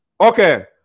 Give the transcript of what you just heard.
Okay